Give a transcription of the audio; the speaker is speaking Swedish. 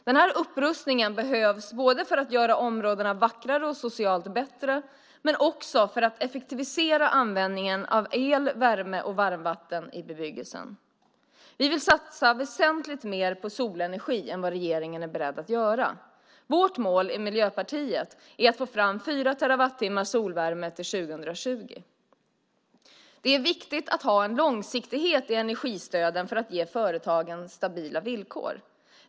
Den här upprustningen behövs för att göra områdena vackrare och socialt bättre men också för att effektivisera användningen av el, värme och varmvatten i bebyggelsen. Vi vill satsa väsentligt mer på solenergi än regeringen är beredd att göra. Vårt mål i Miljöpartiet är att få fram 4 terawattimmar solvärme till 2020. Det är viktigt att ha en långsiktighet i energistöden för att ge företagen stabila villkor.